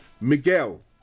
Miguel